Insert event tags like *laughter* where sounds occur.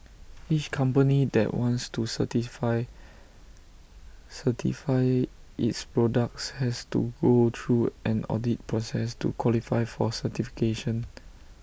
each company that wants to *unintelligible* certify its products has to go through an audit process to qualify for certification